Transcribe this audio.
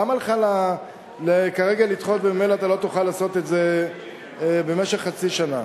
למה לך כרגע לדחות וממילא אתה לא תוכל לעשות את זה במשך חצי שנה?